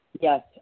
Yes